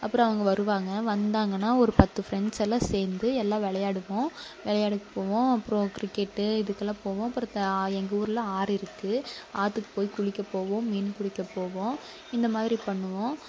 அப்புறம் அவங்க வருவாங்க வந்தாங்கன்னா ஒரு பத்து ஃப்ரெண்ட்ஸெல்லாம் சேர்ந்து எல்லாம் விளையாடுவோம் விளையாடக்கு போவோம் அப்றம் கிரிக்கெட்டு இதுக்கெல்லாம் போவோம் அப்றம் எங்கள் ஊரில் ஆறு இருக்கு ஆற்றுக்கு போய் குளிக்க போவோம் மீன் பிடிக்க போவோம் இந்த மாதிரி பண்ணுவோம்